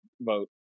vote